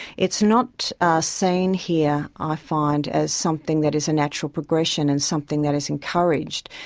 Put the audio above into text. it is not seen here, i find, as something that is a natural progression and something that is encouraged.